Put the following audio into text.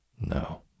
No